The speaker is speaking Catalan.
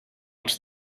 els